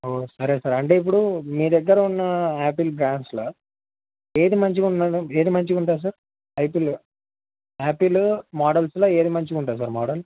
సరే సార్ అంటే ఇప్పుడు మీ దగ్గర ఉన్న యాపిల్ బ్రాండ్స్లో ఏది మంచిగా ఉంటుంది ఏది మంచిగా ఉంటుంది సార్ ఐపిల్ యాపిల్ మోడల్స్లో ఏది మంచిగా ఉంటుంది సార్ మోడల్